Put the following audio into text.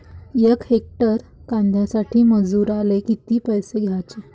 यक हेक्टर कांद्यासाठी मजूराले किती पैसे द्याचे?